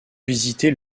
visiter